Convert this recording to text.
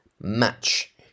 match